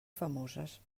famoses